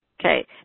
Okay